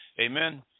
Amen